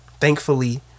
Thankfully